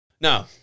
Now